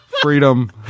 freedom